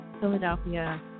Philadelphia